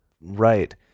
Right